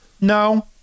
no